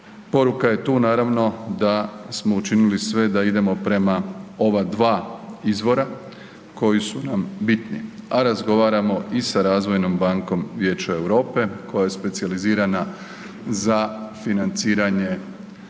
Poruka je tu naravno da smo učinili sve da idemo prema ova dva izvora koji su nam bitni, a razgovaramo i sa Razvojnom bankom Vijeća Europe koja je specijalizirana za financiranje